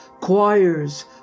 choirs